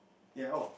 ya oh